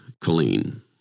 Colleen